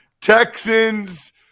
Texans